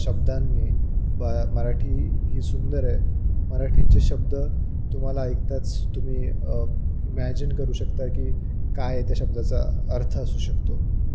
शब्दांनी ब मराठी ही सुंदर आहे मराठीचे शब्द तुम्हाला ऐकताच तुम्ही इमॅजिन करू शकता की काय त्या शब्दाचा अर्थ असू शकतो